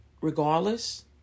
regardless